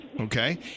Okay